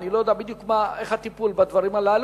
אני לא יודע בדיוק מה הטיפול בדברים הללו.